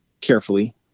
carefully